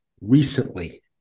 recently